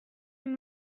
une